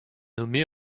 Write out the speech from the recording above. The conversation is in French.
nommée